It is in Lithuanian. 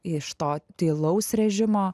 iš to tylaus režimo